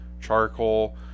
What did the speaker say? charcoal